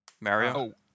Mario